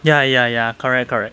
ya ya ya correct correct